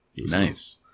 Nice